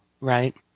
Right